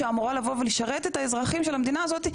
שאמורה לבוא ולשרת את האזרחים של המדינה הזאת,